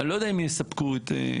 אני לא יודע אם יספקו את האנשים.